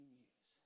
years